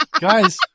Guys